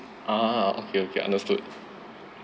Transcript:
ah okay okay understood